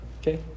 Okay